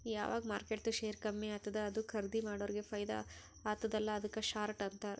ಯಾವಗ್ ಮಾರ್ಕೆಟ್ದು ಶೇರ್ ಕಮ್ಮಿ ಆತ್ತುದ ಅದು ಖರ್ದೀ ಮಾಡೋರಿಗೆ ಫೈದಾ ಆತ್ತುದ ಅಲ್ಲಾ ಅದುಕ್ಕ ಶಾರ್ಟ್ ಅಂತಾರ್